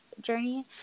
journey